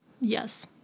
Yes